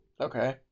Okay